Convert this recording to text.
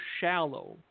shallow